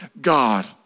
God